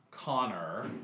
Connor